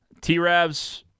T-Rav's